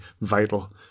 vital